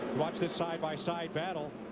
watch the side by side battle,